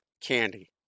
candy